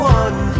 one